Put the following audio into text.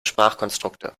sprachkonstrukte